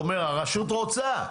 אומר הרשות רוצה,